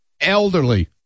Elderly